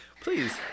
please